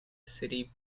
city